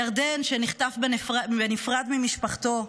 ירדן, שנחטף בנפרד ממשפחתו,